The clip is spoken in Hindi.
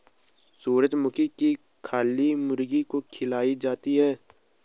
सूर्यमुखी की खली मुर्गी को खिलाई जाती है